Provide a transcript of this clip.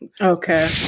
Okay